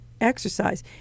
exercise